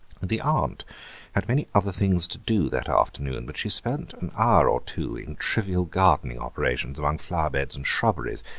the aunt had many other things to do that afternoon, but she spent an hour or two in trivial gardening operations among flower beds and shrubberies,